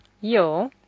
Yo